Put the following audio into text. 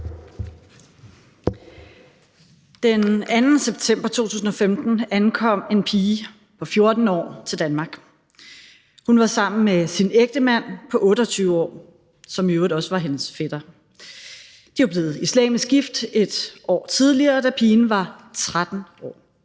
Den 2. september 2015 ankom en pige på 14 år til Danmark. Hun var sammen med sin ægtemand på 28 år, som i øvrigt også var hendes fætter. De var blevet islamisk gift et år tidligere, da pigen var 13 år.